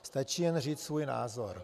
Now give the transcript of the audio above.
Stačí jen říci svůj názor.